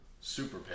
super